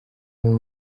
niwe